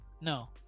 no